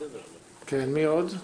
כן, מי עוד?